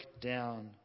down